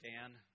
Dan